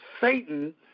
Satan